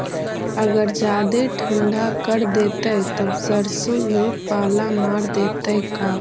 अगर जादे ठंडा कर देतै तब सरसों में पाला मार देतै का?